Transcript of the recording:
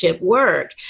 work